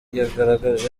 yagaragaje